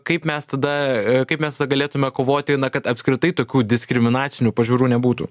kaip mes tada kaip mes galėtume kovoti kad apskritai tokių diskriminacinių pažiūrų nebūtų